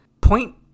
Point